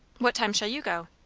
what time shall you go?